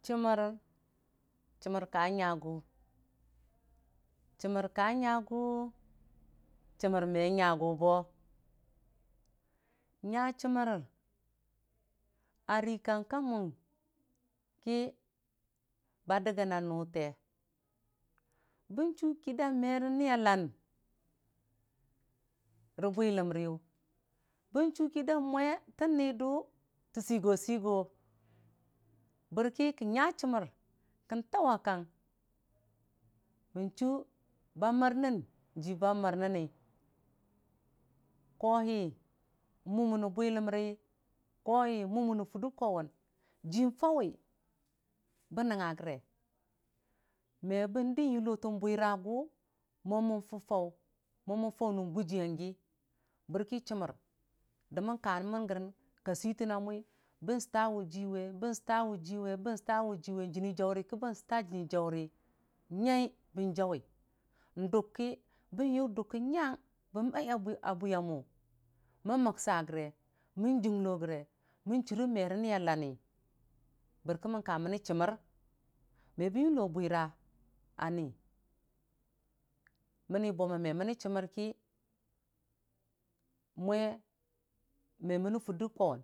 Chəmmən, chəmmən kanyagʊ chəmmər kanyagʊ chəmmər me nyagʊ bə nya chəmmər a rikang mʊng ki ba dəgən na nʊte bən chʊki daa merə niya lan rə bwiləmriyʊ bənchu kidan mwa tən nidʊ tə seigo seigo bərki kən nya chəmmər kən tauwa kang mən chʊ ba mər nən jiiba mənənni kotii mʊmənni bwiləmri kohii mʊmənni furdə kwauwʊn jim fauwi bən nəngnga gəre me bəndii n'yulo tən bwiragʊ mo mən fufau mə mən faunən gujiyangi bərki chəmmər də mən kammən gərin ka sətənna mwi bən səta wʊjiiwe ban sətə wʊjii we, bən səta wujii we jənni jaurə ki bən sətə jənni jauro nyai bən jauwi n'dukki bənyʊ dʊkə nya bən maiya bwi abwiya mu mən məksa fare, mən junglo gəre, nmən chʊre me ra niya laani bərkə mən komməni chəmmər me bən yilo bwira a ni mənni bo məmeri chəmmər ki mwa memeri fuddə kwauwun.